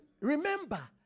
remember